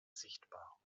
sichtbar